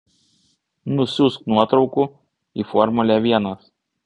nusiųsk nuotraukų į formulę vienas